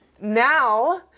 now